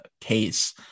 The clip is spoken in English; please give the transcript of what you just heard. case